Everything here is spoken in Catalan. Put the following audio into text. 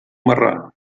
marrà